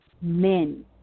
men